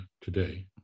today